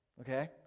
Okay